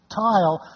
tile